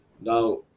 Now